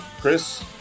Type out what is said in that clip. Chris